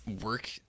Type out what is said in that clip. work